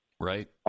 right